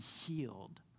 healed